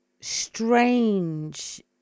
strange